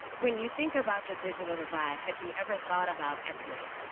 when you think about the digital divide, had you ever thought about equity?